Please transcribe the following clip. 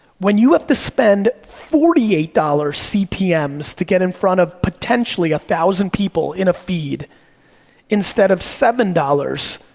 when you have to spend forty eight dollars cpms to get in front of potentially one thousand people in a feed instead of seven dollars,